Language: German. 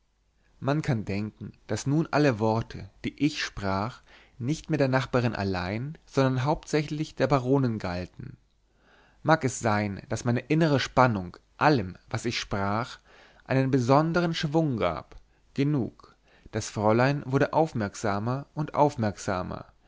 man kann denken daß nun alle worte die ich sprach nicht mehr der nachbarin allein sondern hauptsächlich der baronin galten mag es sein daß meine innere spannung allem was ich sprach einen besondern schwung gab genug das fräulein wurde aufmerksamer und aufmerksamer